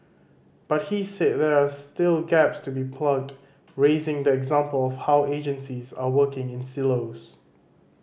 but he said there are still gaps to be plugged raising the example of how agencies are working in silos